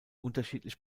unterschiedlich